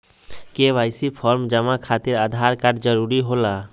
KYC form जमा खातिर Aadhaar card जरूरी होला?